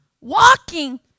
walking